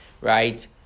Right